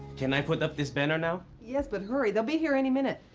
can i put up this banner now? yes, but hurry. they'll be here any minute.